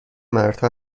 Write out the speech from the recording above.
مردها